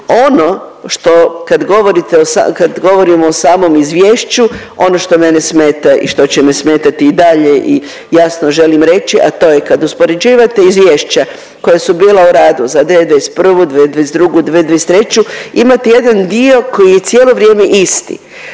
o sa…, kad govorimo o samom izvješću ono što mene smeta i što će me smetati i dalje i jasno želim reći, a to je kad uspoređivate izvješća koja su bila u radu za 2021., 2022., 2023. imate jedan dio koji je cijelo vrijeme isti,